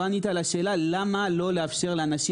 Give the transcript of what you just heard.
לא ענית על השאלה למה לא לאפשר לאנשים